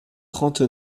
trente